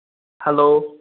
hello